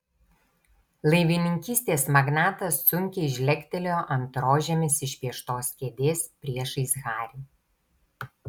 laivininkystės magnatas sunkiai žlegtelėjo ant rožėmis išpieštos kėdės priešais harį